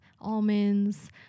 almonds